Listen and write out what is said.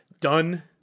done